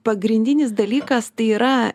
pagrindinis dalykas tai yra